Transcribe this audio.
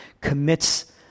commits